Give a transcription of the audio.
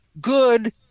good